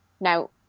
now